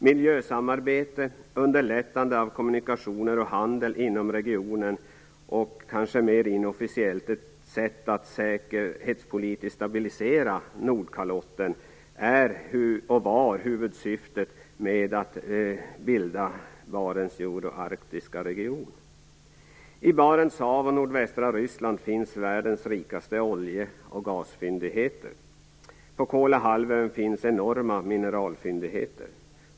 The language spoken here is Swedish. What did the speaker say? Miljösamarbete, underlättande av kommunikationer och handel inom regionen och, kanske mer inofficiellt, ett sätt att säkerhetspolitiskt stabilisera Nordkalotten är och var huvudsyftet med att bilda Barents arktiska region. I Barents hav och nordvästra Ryssland finns världens rikaste olje och gasfyndigheter. På Kolahalvön finns enorma mineralfyndigheter.